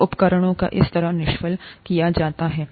तो उपकरणों को इस तरह निष्फल किया जाता है